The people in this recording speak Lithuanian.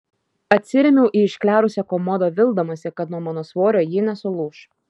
atsirėmiau į išklerusią komodą vildamasi kad nuo mano svorio ji nesulūš